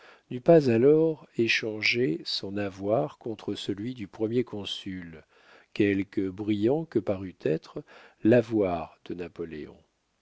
n'eût pas alors échangé son avoir contre celui du premier consul quelque brillant que parût être l'avoir